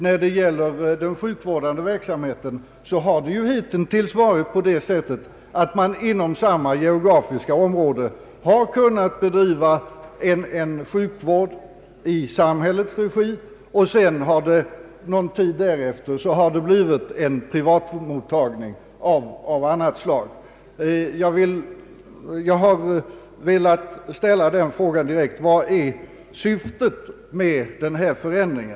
När det gäller den sjukvårdande verksamheten har det hitintills inom samma geografiska område kunnat bedrivas en sjukvård i samhällets regi, varpå det någon tid därefter blivit en privat mottagning av annat slag. Jag har velat ställa frågan direkt: Vad är syftet med denna förändring?